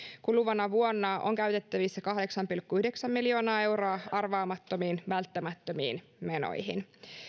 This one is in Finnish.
kuluvana vuonna on käytettävissä kahdeksan pilkku yhdeksän miljoonaa euroa arvaamattomiin välttämättömiin menoihin